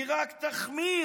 היא רק תחמיר